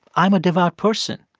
i'm a devout person.